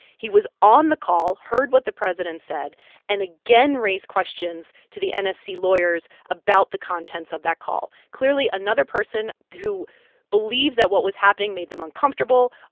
he was on the call, heard what the president said and again raised questions to the and nsc lawyers about the contents of that call. clearly, another person who believed that what was happening made them uncomfortable,